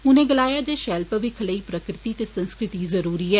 उनें गलाया जे शैल मविक्ख लेई प्रक्रित ते संस्कृति जरुरी ऐ